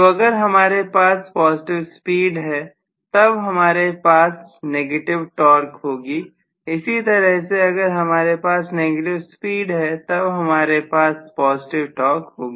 तो अगर हमारे पास पॉजिटिव स्पीड है तब हमारे पास नेगेटिव टॉर्क होगी इसी तरह से अगर हमारे पास नेगेटिव स्पीड है तब हमारे पास पॉजिटिव टॉर्क होगी